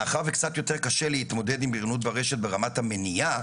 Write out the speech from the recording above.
מאחר וקצת יותר קשה להתמודד עם בריונות ברשת ברמת המניעה,